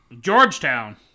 Georgetown